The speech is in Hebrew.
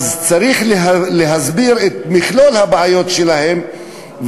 ואז צריך להסביר את מכלול הבעיות שלהם,